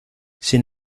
sin